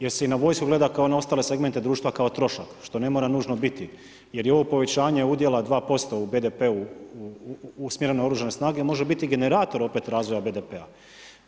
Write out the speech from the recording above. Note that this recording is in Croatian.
Jer se i na vojsku gleda kao i na ostale segmente društva kao trošak što ne mora nužno biti, jer je ovo povećanje udjela 2% u BDP-u usmjereno na Oružane snage može biti generator opet razvoja BDP-a.